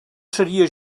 seria